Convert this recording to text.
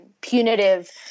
punitive